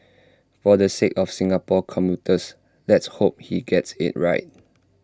for the sake of Singapore's commuters let's hope he gets IT right